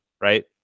right